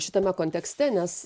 šitame kontekste nes